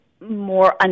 more